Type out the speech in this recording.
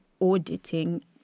auditing